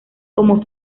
como